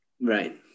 Right